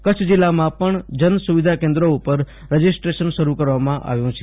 કચ્છ જિલ્લામાં પણ જન સુધિધા કેન્દ્રો પર રજિસ્ટ્રેશન શરૂ કરવામાં આવ્યું છે